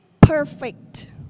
perfect